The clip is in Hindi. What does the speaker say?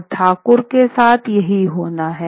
और ठाकुर के साथ यही होना है